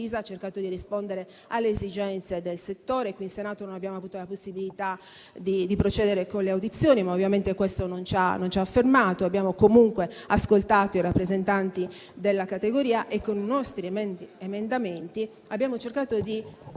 ha cercato di rispondere alle esigenze del settore. Qui in Senato non abbiamo avuto la possibilità di procedere con le audizioni, ma questo non ci ha fermato. Abbiamo comunque ascoltato i rappresentanti della categoria e con i nostri emendamenti abbiamo cercato di